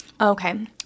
Okay